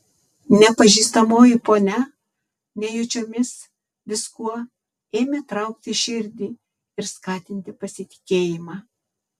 nepažįstamoji ponia nejučiomis viskuo ėmė traukti širdį ir skatinti pasitikėjimą